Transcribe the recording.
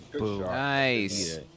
Nice